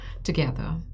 together